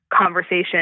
conversation